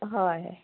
হয়